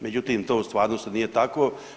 Međutim, to u stvarnosti nije tako.